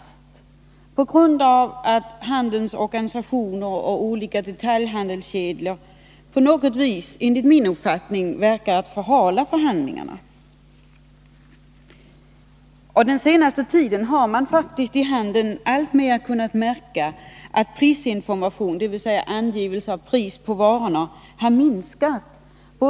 Såvitt jag kunnat förstå beror det på att handelns orga ioner och olika detaljhandelskedjor förhalar förhandlingarna. Under den senaste tiden har man kunnat finna att förekomsten av prisinformation i handeln, dvs. av prisangivelser på varorna, alltmer har minskat.